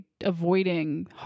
avoiding